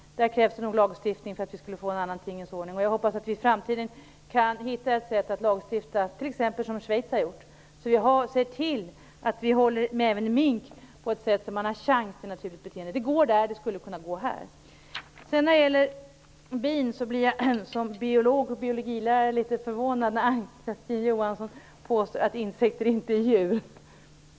Det krävs nog en lagstiftning där för att vi skall få en annan tingens ordning. Jag hoppas att vi i framtiden kan hitta ett sätt att lagstifta om det, t.ex. som Schweiz har gjort. Då kan vi se till att vi även håller mink på ett sådant sätt att de har en chans till ett naturligt beteende. Det går i Schweiz, och det skulle kunna gå här. Som biolog och biologilärare blir jag litet förvånad när Ann-Kristine Johansson påstår att insekter inte är djur.